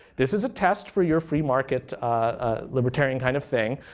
this is a test for your free market ah libertarian kind of thing.